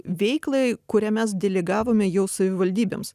veiklai kurią mes delegavome jau savivaldybėms